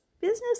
business